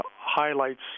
highlights